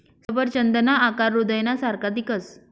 सफरचंदना आकार हृदयना सारखा दिखस